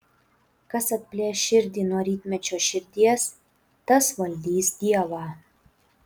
kas atplėš širdį nuo rytmečio širdies tas valdys dievą